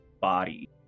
body